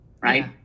Right